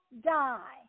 die